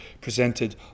presented